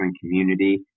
community